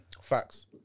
facts